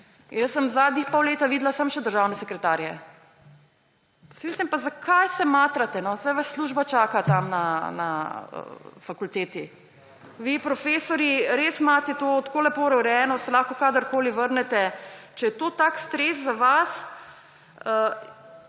Jaz sem zadnje pol leta videla samo še državne sekretarje. Pa si mislim, pa zakaj se matrate, saj vas služba čaka na fakulteti. Vi profesorji res imate to tako lepo urejeno, se lahko kadarkoli vrnete. Če je to tak stres za vas,